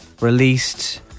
released